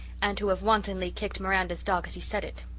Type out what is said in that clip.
and to have wantonly kicked miranda's dog as he said it.